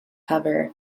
hover